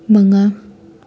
ꯃꯉꯥ